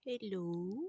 Hello